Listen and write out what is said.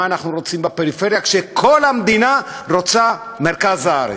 מה אנחנו רוצים בפריפריה כשכל המדינה רוצה את מרכז הארץ.